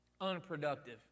unproductive